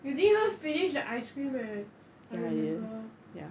you didn't even finish the ice cream leh I remember